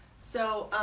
so